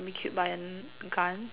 be killed by a n~ gun